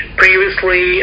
previously